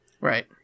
Right